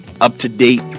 up-to-date